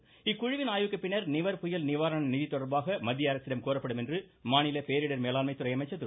உதயகுமார் இக்குழுவின் ஆய்விற்குப் பின்னர் நிவர் புயல் நிவாரண நிதி தொடர்பாக மத்திய அரசிடம் கோரப்படும் என மாநில பேரிடர் மேலாண்மை துறை அமைச்சர் திரு